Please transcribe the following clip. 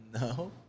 No